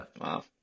wow